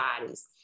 bodies